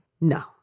No